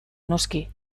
noski